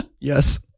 yes